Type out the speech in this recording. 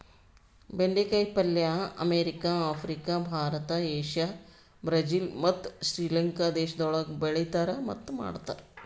ಬೆಂಡೆ ಕಾಯಿ ಪಲ್ಯ America, Africa, Bharat, Asia, Brazil ಮತ್ತ್ ಶ್ರೀ ಲಂಕಾ ದೇಶಗೊಳ್ದಾಗ್ ಬೆಳೆತಾರ್ ಮತ್ತ್ ಮಾಡ್ತಾರ್